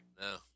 No